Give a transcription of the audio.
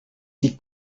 die